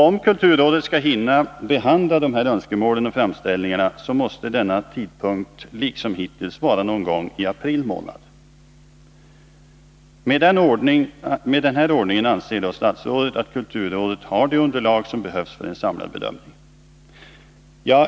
Om kulturrådet skall hinna behandla dessa önskemål och framställningar, så måste denna tidpunkt liksom hittills vara någon gång i april månad. Med denna ordning anser statsrådet att kulturrådet har det underlag som behövs för en samlad bedömning.